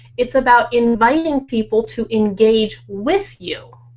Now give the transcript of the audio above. it's about inviting people to engage with you.